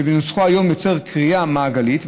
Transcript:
שבנוסחו היום יוצר קריאה מעגלית,